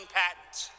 patents